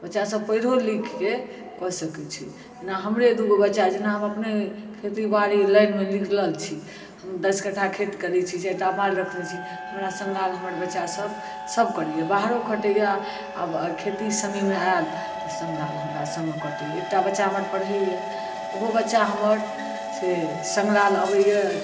बच्चासभ पढ़िओ लिखके कऽ सकैत छै जेना हमरे दू गो बच्चा छै जेना हम अपने खेतीबाड़ी लाइनमे निकलल छी हम दस कट्ठा खेत करैत छी चारि टा माल रखने छी हमरा सङ्ग लागल हमर बच्चासभ सभ करैए बाहरो खटैए आब खेती समयमे आयल तऽ सङ्ग लागल हमरा सङ्ग खटैए एकटा बच्चा हमर पढ़ैए ओहो बच्चा हमर से सङ्ग लागल अबैए